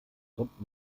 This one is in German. kommt